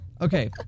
Okay